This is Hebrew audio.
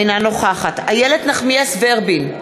אינה נוכחת איילת נחמיאס ורבין,